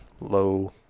low